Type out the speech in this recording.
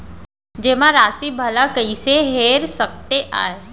जेमा राशि भला कइसे हेर सकते आय?